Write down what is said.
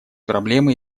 проблемы